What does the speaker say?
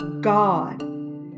God